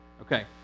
Okay